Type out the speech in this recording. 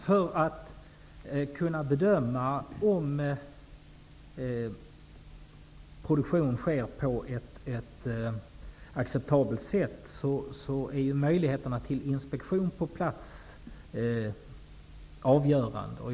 Herr talman! Möjligheterna till inspektion på plats är avgörande för att man skall kunna bedöma om produktion sker på ett acceptabelt sätt.